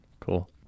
Cool